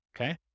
Okay